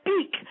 speak